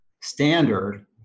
standard